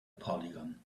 polygon